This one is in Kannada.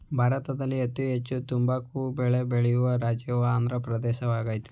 ಭಾರತದಲ್ಲಿ ಅತೀ ಹೆಚ್ಚಿನ ತಂಬಾಕು ಬೆಳೆ ಬೆಳೆಯುವ ರಾಜ್ಯವು ಆಂದ್ರ ಪ್ರದೇಶವಾಗಯ್ತೆ